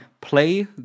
play